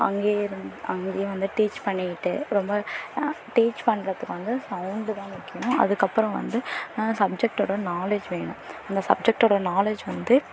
அங்கேயே இருந்து அங்கேயே வந்து டீச் பண்ணிகிட்டு ரொம்ப டீச் பண்ணுறதுக்கு வந்து சௌண்ட்டு தான் முக்கியம் அதுக்கப்புறம் வந்து சப்ஜெக்ட்டோட நாலேஜ் வேணும் அந்த சப்ஜெக்ட்டோட நாலேஜ் வந்து